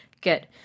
good